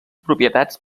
propietats